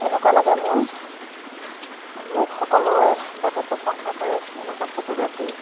এনেকুৱা লাগে মোৰ মোক সকলোৱে যাতে প্ৰশংসা কৰে এনেকুৱা ফটোগ্ৰাফী